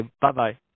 bye-bye